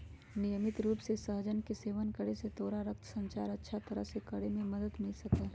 नियमित रूप से सहजन के सेवन करे से तोरा रक्त संचार अच्छा तरह से करे में मदद मिल सका हई